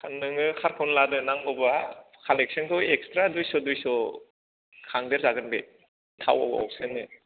दा नोङो कारखौनो लादो नांगौबा कालेकसनखौ इगसट्रा दुइस' दुइस' खांदेरजागोन बे थावाव सोनो